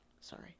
Sorry